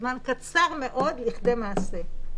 לכדי מעשה.